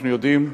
אנחנו יודעים,